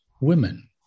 women